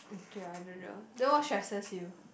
okay I don't know then what stresses you